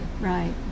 right